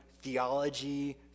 theology